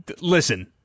Listen